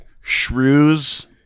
shrews